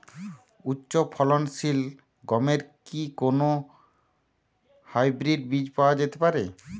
উচ্চ ফলনশীল গমের কি কোন হাইব্রীড বীজ পাওয়া যেতে পারে?